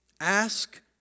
ask